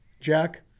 Jack